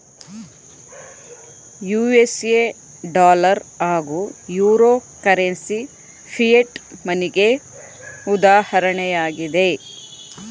USA dollar ಹಾಗೂ euro currency fiat ಮನಿಗೆ ಉದಾಹರಣೆಯಾಗಿದೆ